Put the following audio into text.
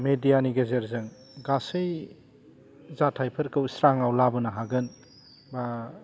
मेदियानि गेजेरजों गासै जाथाइफोरखौ स्रांआव लाबोनो हागोन बा